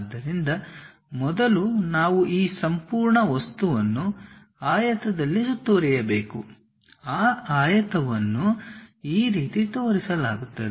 ಆದ್ದರಿಂದ ಮೊದಲು ನಾವು ಈ ಸಂಪೂರ್ಣ ವಸ್ತುವನ್ನುಆಯತದಲ್ಲಿ ಸುತ್ತುವರಿಯಬೇಕು ಆ ಆಯತವನ್ನುಈ ರೀತಿ ತೋರಿಸಲಾಗುತ್ತದೆ